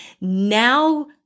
now